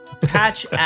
Patch